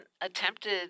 attempted